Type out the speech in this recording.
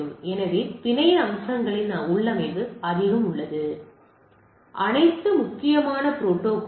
எனவே பிணைய அம்சங்களின் உள்ளமைவு அதிகம் உள்ளது எனவே இவை அனைத்தும் முக்கியமான புரோட்டோகால்கள்